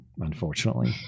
unfortunately